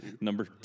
number